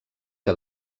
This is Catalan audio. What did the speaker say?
que